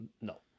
no